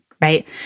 right